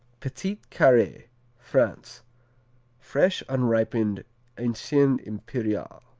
petit carre france fresh, unripened ancien imperial.